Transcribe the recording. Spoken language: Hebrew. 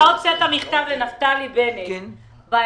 ב-16.10.2017 הוצאת מכתב לנפתלי בנט,